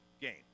game